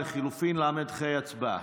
לחלופין ל"ח, הצבעה.